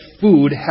food